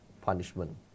punishment